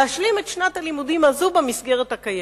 להשלים את שנת הלימודים הזו במסגרת הקיימת.